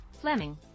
Fleming